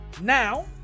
Now